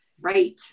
Right